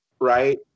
right